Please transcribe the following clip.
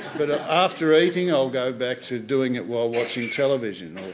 but ah after eating i'll go back to doing it while watching television.